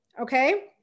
Okay